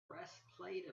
breastplate